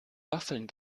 waffeln